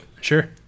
Sure